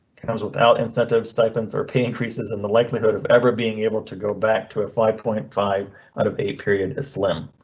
comes without incentive stipends or pay increases in the likelihood of ever being able to go back to a five point five out of eight period is slim.